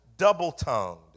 double-tongued